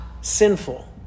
sinful